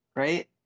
right